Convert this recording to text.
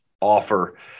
offer